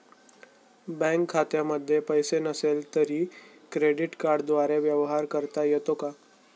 Bank खात्यामध्ये पैसे नसले तरी क्रेडिट कार्डद्वारे व्यवहार करता येतो का?